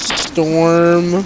storm